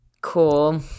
Cool